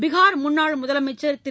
பிகார் முன்னாள் முதலமைச்சர் திரு